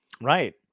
right